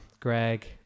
Greg